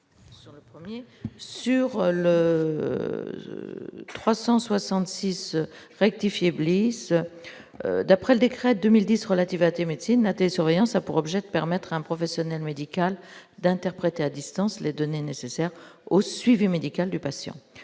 Sur le 366 rectifier Bliss, d'après le décret 2010 relatives AT médecine AT surveillance a pour objet de permettre un professionnel médical d'interpréter à distance les données nécessaires au suivi médical du patient,